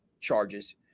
charges